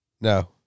No